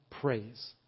praise